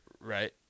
Right